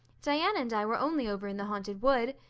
diana and i were only over in the haunted wood.